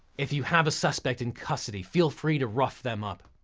if you have a suspect in custody, feel free to rough them up.